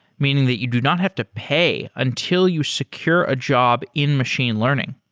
meaning that you do not have to pay until you secure a job in machine learning.